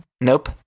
Nope